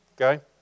Okay